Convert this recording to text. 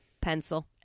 pencil